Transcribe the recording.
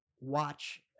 watch